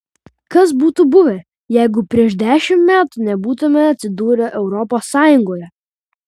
kas būtų buvę jeigu prieš dešimt metų nebūtumėme atsidūrę europos sąjungoje